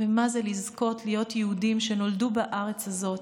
ומה זה לזכות להיות יהודים שנולדו בארץ הזאת,